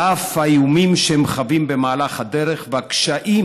על אף האיומים שהם חווים במהלך הדרך והקשיים